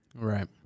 Right